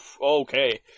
okay